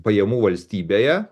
pajamų valstybėje